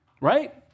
Right